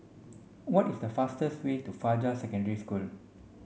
what is the fastest way to Fajar Secondary School